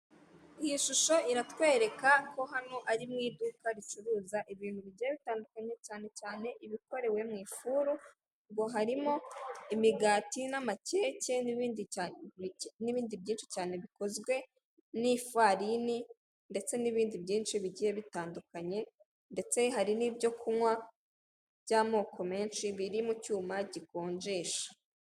Iyi shusho iratwereka ko hano ari mu iduka ricuruza ibintu bigenda bitandukanye cyane cyane ibikorewe mu ifuru ngo harimo imigati n'amakeke n'ibindi n'ibindi byinshi, cyane bikozwe n'ifarini, ndetse n'ibindi byinshi bigiye bitandukanye ndetse hari n'ibyokunywa by'amoko menshi biri mu cyuma gikonjesha.